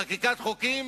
חקיקת חוקים,